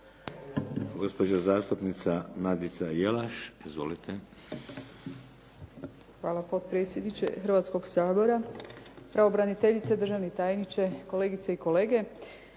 Gospođa zastupnica Nadica Jelaš. Izvolite. **Jelaš, Nadica (SDP)** Hvala potpredsjedniče Hrvatskog sabora. Pravobraniteljice, državni tajniče, kolegice i kolege.